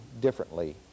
differently